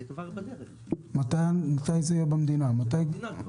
זה בדרך, זה במדינה.